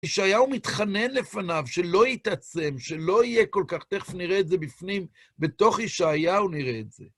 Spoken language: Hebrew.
ישעיהו מתחנן לפניו שלא יתעצם, שלא יהיה כל כך... תכף נראה את זה בפנים, בתוך ישעיהו נראה את זה.